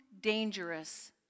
dangerous